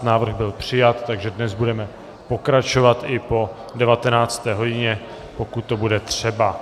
Návrh byl přijat, takže dnes budeme pokračovat i po 19. hodině, pokud to bude třeba.